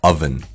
Oven